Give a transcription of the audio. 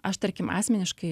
aš tarkim asmeniškai